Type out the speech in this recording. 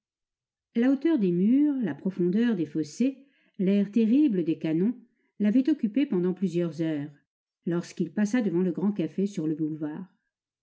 la hauteur des murs la profondeur des fossés l'air terrible des canons l'avaient occupé pendant plusieurs heures lorsqu'il passa devant le grand café sur le boulevard